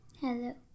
Hello